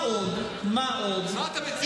מה אתה מציע?